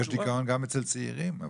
יש דיכאון גם אצל צעירים.